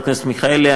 חבר הכנסת מיכאלי,